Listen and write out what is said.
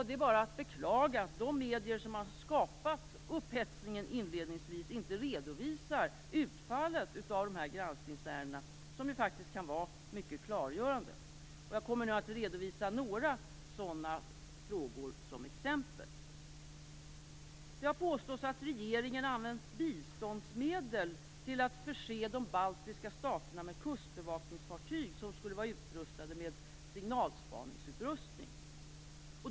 Det är bara att beklaga att de medier som har skapat upphetsningen inledningsvis inte redovisar utfallet av granskningsärendena, som ju faktiskt kan vara mycket klargörande. Jag kommer att redovisa några sådana frågor som exempel. Det har påståtts att regeringen använder biståndsmedel till att förse de baltiska staterna med kustbevakningsfartyg som skulle vara utrustade med signalspaningsutrustning.